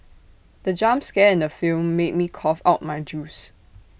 the jump scare in the film made me cough out my juice